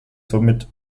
somit